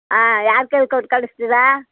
ಆಂ ಯಾರ ಕೈಲಿ ಕೊಟ್ಟು ಕಳಿಸ್ತೀರಾ